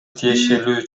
тиешелүү